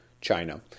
China